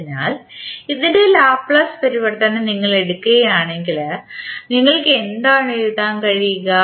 അതിനാൽ ഇതിൻറെ ലാപ്ലേസ് പരിവർത്തനം നിങ്ങൾ എടുക്കുകയാണെങ്കിൽ നിങ്ങൾക്ക് എന്താണ് എഴുതാൻ കഴിയുക